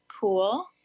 cool